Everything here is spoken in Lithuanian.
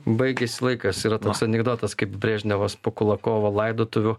baigėsi laikas yra toks anekdotas kaip brežnevas po kulakovo laidotuvių